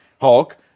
Hulk